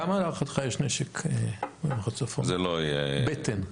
כמה להערכתך יש נשק במחוז צפון, תשובת בטן?